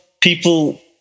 people